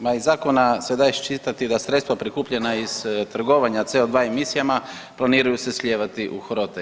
Ma iz zakona se da iščitati da sredstva prikupljena iz trgovanja CO2 emisijama planiraju se slijevati u HROTE.